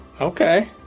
Okay